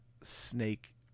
snake